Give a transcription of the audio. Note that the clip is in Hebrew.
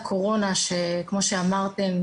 הקורונה לא תיעלם מחיינו כל כך מהר.